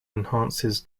enhances